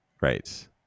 Right